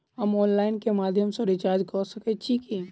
हम ऑनलाइन केँ माध्यम सँ रिचार्ज कऽ सकैत छी की?